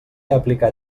aplicar